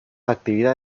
actividad